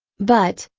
but,